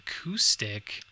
acoustic